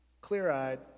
clear-eyed